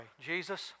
Jesus